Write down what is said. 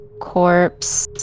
Corpse